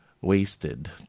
wasted